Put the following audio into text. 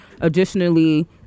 additionally